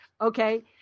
Okay